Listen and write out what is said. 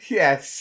yes